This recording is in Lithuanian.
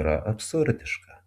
yra absurdiška